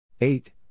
Eight